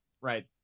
Right